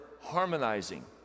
harmonizing